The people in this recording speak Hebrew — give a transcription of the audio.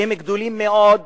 שהם גדולים מאוד,